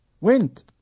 went